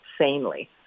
sanely